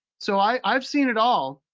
so i've i've seen it all.